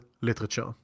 literature